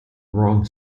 wrong